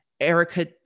Erica